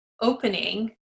opening